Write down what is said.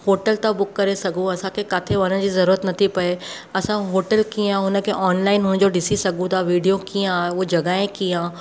hotel था book करे सघूं असांखे किथे वञण जी ज़रूरत नथी पवे असां होटल कीअं आहे हुन खे ऑनलाइन हुन जो ॾिसी सघूं था विडियो कीअं आहे उहो जॻह कीअं आहे